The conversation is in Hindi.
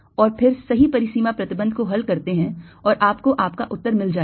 और फिर सही परिसीमा प्रतिबंध को हल करते हैं और आपको आपका उत्तर मिल जाएगा